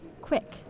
quick